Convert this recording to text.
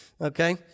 okay